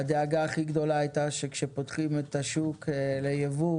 הדאגה הכי גדולה הייתה שכשפותחים את השוק לייבוא